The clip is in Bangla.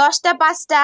দশটা পাঁচটা